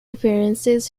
appearances